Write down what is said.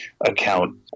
account